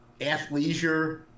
athleisure